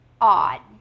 odd